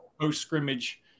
post-scrimmage